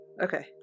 Okay